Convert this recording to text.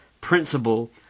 principle